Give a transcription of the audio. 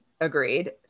agreed